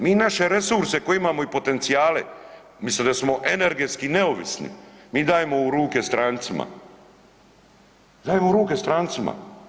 Mi naše resurse koje imamo i potencijale umjesto da smo energetski neovisni, mi dajemo u ruke strancima, dajemo u ruke strancima.